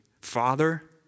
Father